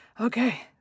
okay